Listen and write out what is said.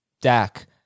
Dak